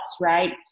right